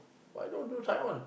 why don't do sign on